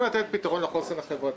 לתת פתרון לחוסן החברתי.